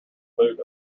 boot